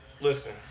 listen